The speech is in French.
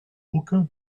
aucun